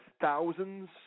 thousands